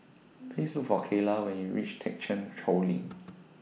Please Look For Kayla when YOU REACH Thekchen Choling